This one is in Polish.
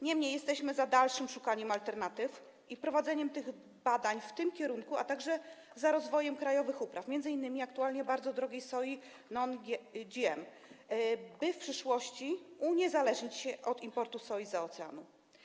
Niemniej jesteśmy za dalszym szukaniem alternatyw i prowadzeniem badań w tym kierunku, a także za rozwojem krajowych upraw, m.in. aktualnie bardzo drogiej soi non-GMO, by w przyszłości uniezależnić się od importu soi zza oceanu.